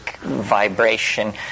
vibration